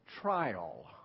trial